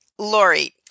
Lori